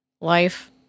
Life